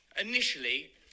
initially